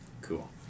Cool